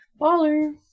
Baller